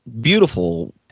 beautiful